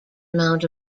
amount